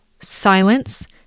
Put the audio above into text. silence